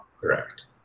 Correct